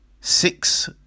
six